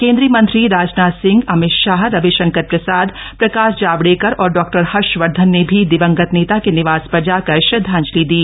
केन्द्रीय मंत्री राजनाथ सिंह अमित शाह रविशंकर प्रसाद प्रकाश जावड़ेकर और डॉक्टर हर्षवर्धन ने भी दिवंगत नेता के निवास पर जाकर श्रद्धांजलि दी